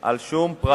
על שום פרט,